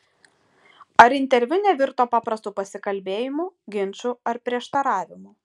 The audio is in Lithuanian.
ar interviu nevirto paprastu pasikalbėjimu ginču ar prieštaravimu